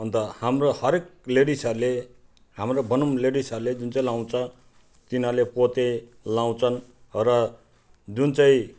अन्त हाम्रो हरेक लेडिजहरूले हाम्रो भनौँ लेडिजहरूले जुन चाहिँ लगाउँछ तिनीहरूले पोते लगाउँछन् र जुन चाहिँ